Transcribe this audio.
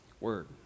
word